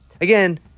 Again